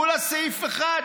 כולה סעיף אחד.